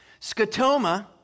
Scotoma